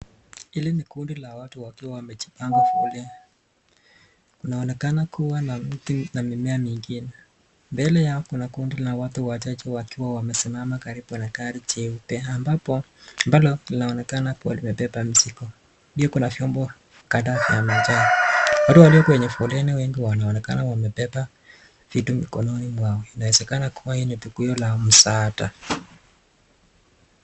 Hili ni kundi la watu wakiwa wamejipanga foleni. Kunaonekana kuwa na mti na mimea mingine. Mbele yao kuna kundi la watu wachache wakiwa wamesimama karibu na gari cheupe ambapo ambalo linaonekana kuwa limebeba mzigo. Pia kuna vyombo kadhaa vya majani. Watu walio kwenye foleni wengi wanaonekana wamebeba vitu mikononi mwao. Inawezekana kuwa hii ni tukio la msada.